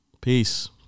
Peace